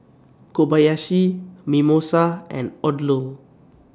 Kobayashi Mimosa and Odlo